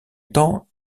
temps